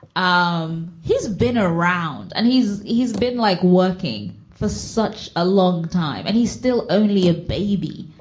um he's been around and he's he's been like working for such a long time and he's still only a baby